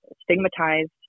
stigmatized